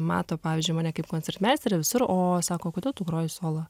mato pavyzdžiui mane kaip koncertmeisterę visur o sako kodėl tu groji solo